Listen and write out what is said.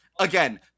again